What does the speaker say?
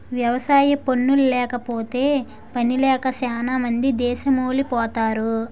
వ్యవసాయ పనుల్లేకపోతే పనిలేక సేనా మంది దేసమెలిపోతరు